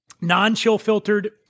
non-chill-filtered